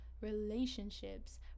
relationships